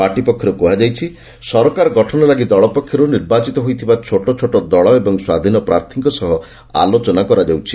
party ପକ୍ଷରୁ କୁହାଯାଇଛି ସରକାର ଗଠନ ଲାଗି ଦଳ ପକ୍ଷରୁ ନିର୍ବାଚିତ ହୋଇଥିବା ଛୋଟ ଛୋଟ ଦଳ ଏବଂ ସ୍ୱାଧୀନ ପ୍ରାର୍ଥୀଙ୍କ ସହ ଆଲୋଚନା କରାଯାଉଛି